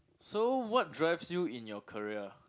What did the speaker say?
so what drives you in your career